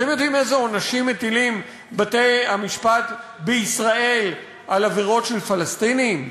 אתם יודעים איזה עונשים מטילים בתי-המשפט בישראל על עבירות של פלסטינים?